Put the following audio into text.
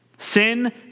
Sin